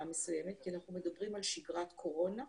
מסוימת כי אנחנו מדברים על שגרת קורונה,